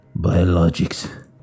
biologics